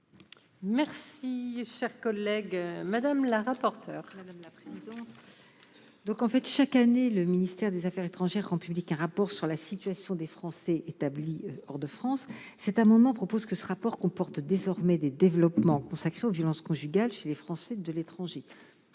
Merci, cher collègue Madame la rapporteure. Madame la présidente. Donc, en fait, chaque année, le ministère des Affaires étrangères, rend public un rapport sur la situation des Français établis hors de France, cet amendement propose que ce rapport comporte désormais des développements consacrés aux violences conjugales chez les Français de l'étranger